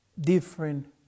different